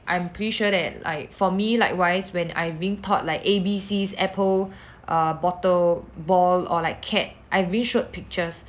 I'm pretty sure that like for me likewise when I'm being taught like A B Cs apple err bottle ball or like cat I'm being showed pictures